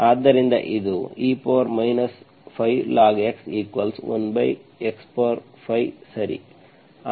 ಆದ್ದರಿಂದ ಇದು e 5 logx1x5 ಸರಿ